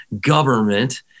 government